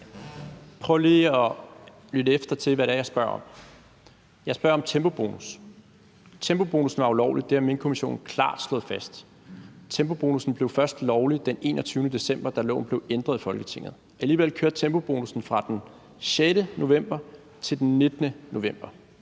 Prøv lige at lytte til, hvad det er, jeg spørger om. Jeg spørger om tempobonussen. Tempobonussen var ulovlig – det har Minkkommissionen klart slået fast. Tempobonussen blev først lovlig den 21. december, da loven blev ændret i Folketinget. Alligevel kørte tempobonussen fra den 6. november til den 19. november